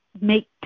make